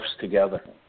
together